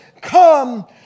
Come